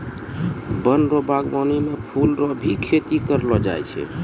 वन रो वागबानी मे फूल रो भी खेती करलो जाय छै